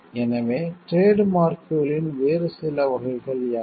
எனவே டிரேட் மார்க்குகளின் வேறு சில வகைகள் யாவை